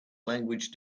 language